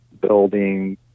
building